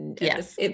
Yes